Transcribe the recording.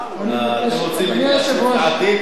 אתם רוצים התייעצות סיעתית?